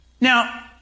Now